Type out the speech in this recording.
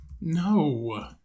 No